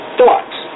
thoughts